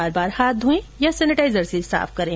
बार बार हाथ धोयें या सेनेटाइजर से साफ करें